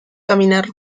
caminar